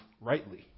rightly